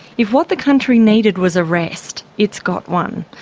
if what the country needed was a rest, it's got one.